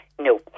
No